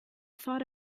thought